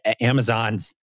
Amazon's